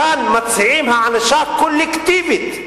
וכאן מציעים הענשה קולקטיבית.